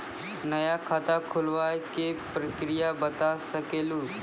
नया खाता खुलवाए के प्रक्रिया बता सके लू?